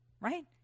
right